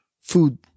food